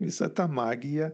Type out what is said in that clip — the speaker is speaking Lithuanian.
visa ta magija